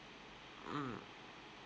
mm